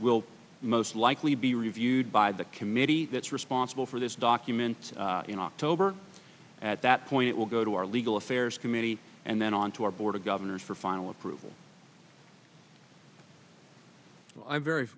will most likely be reviewed by the committee that's responsible for this document in october at that point it will go to our legal affairs committee and then on to our board of governors for final approval i'm very